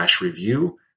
review